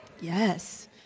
Yes